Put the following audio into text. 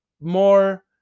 more